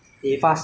and as long as